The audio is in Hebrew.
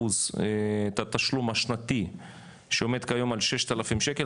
את התשלום השנתי שעומד כיום על כ-6,000 שקלים,